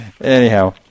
Anyhow